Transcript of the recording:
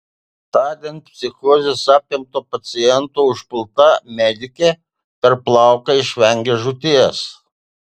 tądien psichozės apimto paciento užpulta medikė per plauką išvengė žūties